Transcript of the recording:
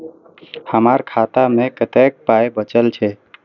हमर खाता मे कतैक पाय बचल छै